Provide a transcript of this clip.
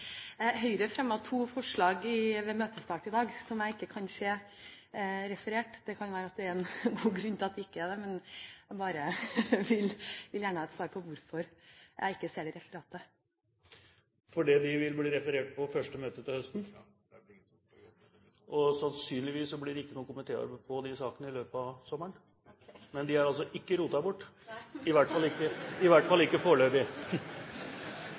Høyre la frem to forslag ved møtestart i dag som jeg ikke kan se er referert. Det kan være en god grunn til at de ikke er det, men jeg vil gjerne ha et svar på hvorfor jeg ikke ser dem i referatet. De vil bli referert i første møte til høsten. Sannsynligvis blir det ikke noe komitéarbeid i saken i løpet av sommeren, men de er altså ikke rotet bort – i hvert fall ikke foreløpig.